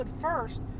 first